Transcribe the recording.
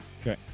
Okay